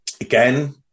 again